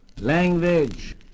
language